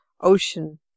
ocean